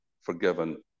forgiven